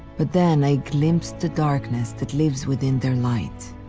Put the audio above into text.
but then i glimpsed the darkness that lives within their light